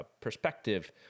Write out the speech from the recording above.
perspective